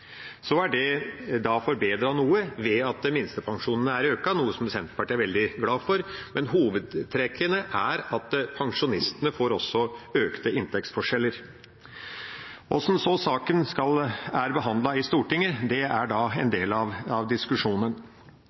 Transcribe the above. Så er det da forbedret noe ved at minstepensjonene er økt, noe Senterpartiet er veldig glad for, men hovedtrekkene er at pensjonistene også får økte inntektsforskjeller. Hvordan saken er behandlet i Stortinget, er en del av diskusjonen.